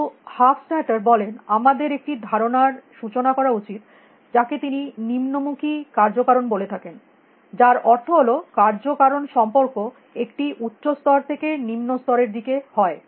কিন্তু হাফস্ট্যাটার বলেন আমাদের একটি ধারণার সূচনা করা উচিত যাকে তিনি নিম্নমুখি কার্য কারণ বলে থাকেন যার অর্থ হল কার্য কারণ সম্পর্ক একটি উচ্চ স্তর থেকে নিম্ন স্তরের দিকে হয়